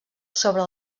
sobre